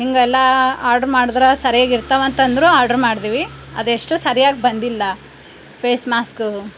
ಹಿಂಗೆಲ್ಲ ಆರ್ಡ್ರ್ ಮಾಡಿದ್ರೆ ಸರ್ಯಾಗಿರ್ತಾವೆ ಅಂತಂದ್ರು ಆರ್ಡ್ರ್ ಮಾಡಿದ್ವಿ ಅದೆಷ್ಟು ಸರಿಯಾಗಿ ಬಂದಿಲ್ಲ ಫೇಸ್ ಮಾಸ್ಕ